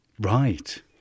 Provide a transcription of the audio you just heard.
Right